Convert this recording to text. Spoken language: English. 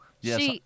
Yes